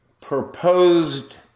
proposed